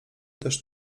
też